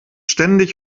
ständig